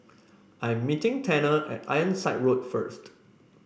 I'm meeting Tanner at Ironside Road first